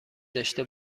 داشته